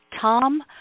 Tom